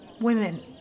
Women